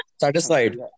Satisfied